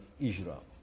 Israel